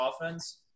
offense